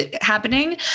happening